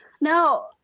No